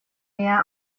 mehr